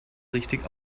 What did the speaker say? richtig